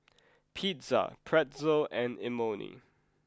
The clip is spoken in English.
Pizza Pretzel and Imoni